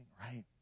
right